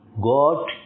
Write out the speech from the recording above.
God